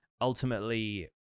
ultimately